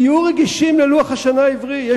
תהיו רגישים ללוח השנה העברי.